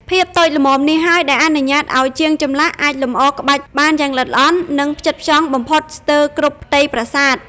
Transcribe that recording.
ភាពតូចល្មមនេះហើយដែលអនុញ្ញាតឱ្យជាងចម្លាក់អាចលម្អក្បាច់បានយ៉ាងល្អិតល្អន់ និងផ្ចិតផ្ចង់បំផុតស្ទើរគ្រប់ផ្ទៃប្រាសាទ។